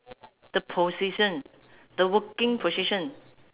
the position the working position